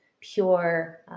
pure